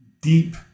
deep